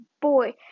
boy